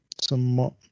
somewhat